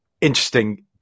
interesting